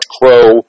crow